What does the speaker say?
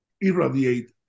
irradiate